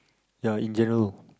ya in general